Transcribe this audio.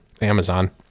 amazon